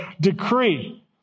decree